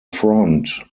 front